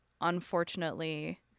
unfortunately